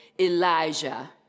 Elijah